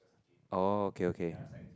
oh okay okay